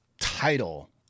title